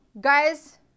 Guys